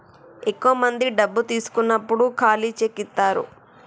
ఎక్కువ మంది డబ్బు తీసుకున్నప్పుడు ఖాళీ చెక్ ఇత్తారు